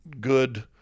good